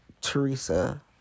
Teresa